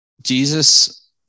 Jesus